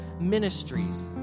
ministries